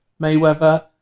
Mayweather